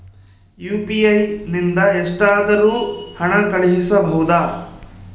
UPI ನಿಂದ ಎಷ್ಟಾದರೂ ಹಣ ಕಳಿಸಬಹುದಾ?